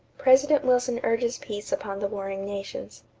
president wilson urges peace upon the warring nations.